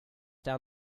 down